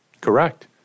Correct